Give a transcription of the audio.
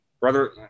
Brother